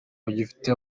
bagifite